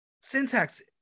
Syntax